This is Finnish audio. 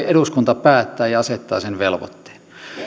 eduskunta päättää ja asettaa sen velvoitteen